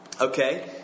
Okay